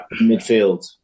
Midfield